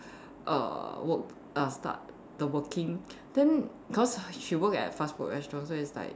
err work err start the working then cause she work at fast food restaurant so it's like